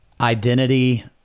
identity